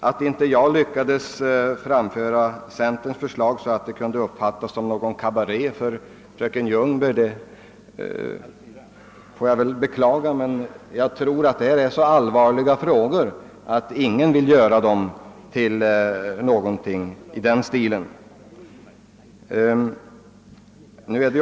Att inte jag lyckades framföra centerns förslag så att det kunde uppfattas som någon sorts kabaré för fröken Ljungberg beklagar jag, men jag tror att det är så allvarliga frågor, att ingen vill göra dem till något i den stilen.